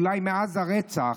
אולי מאז הרצח,